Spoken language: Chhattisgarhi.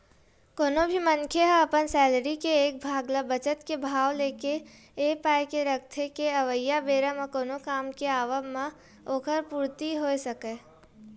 कोनो भी मनखे ह अपन सैलरी के एक भाग ल बचत के भाव लेके ए पाय के रखथे के अवइया बेरा म कोनो काम के आवब म ओखर पूरति होय सकय